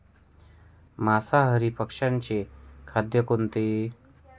मांसाहारी पक्ष्याचे खाद्य कोणते?